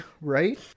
Right